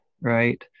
right